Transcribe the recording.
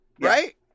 Right